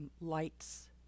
lights